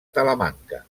talamanca